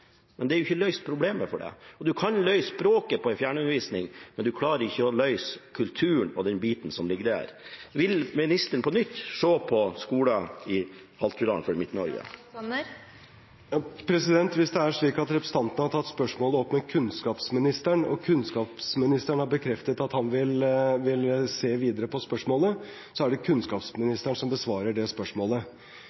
men problemet er jo ikke løst for det. En kan løse det med språket via fjernundervisning, men en klarer ikke å løse det med kulturen og den biten som ligger der. Vil ministeren på nytt se på Sameskolen i Midt-Norge i Hattfjelldal? Hvis det er slik at representanten har tatt spørsmålet opp med kunnskapsministeren, og kunnskapsministeren har bekreftet at han vil se videre på spørsmålet, så er det kunnskapsministeren som besvarer det spørsmålet.